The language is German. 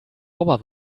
sauber